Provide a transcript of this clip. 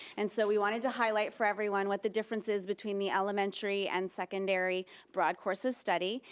and so we wanted to highlight for everyone what the difference is between the elementary and secondary broad course of study,